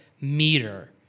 meter